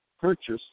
purchase